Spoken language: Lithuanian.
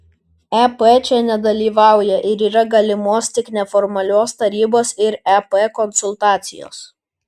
ep čia nedalyvauja ir yra galimos tik neformalios tarybos ir ep konsultacijos